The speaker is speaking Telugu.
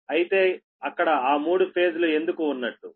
అయితే అక్కడ ఆ మూడు ఫేజ్ లు ఎందుకు ఉన్నట్టు